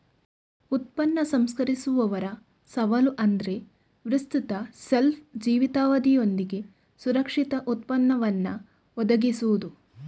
ಉತ್ಪನ್ನ ಸಂಸ್ಕರಿಸುವವರ ಸವಾಲು ಅಂದ್ರೆ ವಿಸ್ತೃತ ಶೆಲ್ಫ್ ಜೀವಿತಾವಧಿಯೊಂದಿಗೆ ಸುರಕ್ಷಿತ ಉತ್ಪನ್ನವನ್ನ ಒದಗಿಸುದು